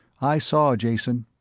i saw, jason.